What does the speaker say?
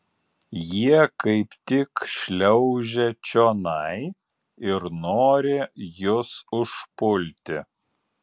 jie kaip tik šliaužia čionai ir nori jus užpulti